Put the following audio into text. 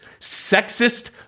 sexist